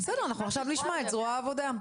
בסדר, עכשיו נשמע את זרוע העבודה.